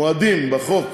מועדים בחוק,